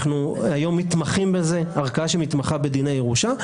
אנחנו היום מתמחים בדיני ירושה.